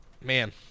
Man